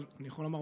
אבל אני יכול לומר,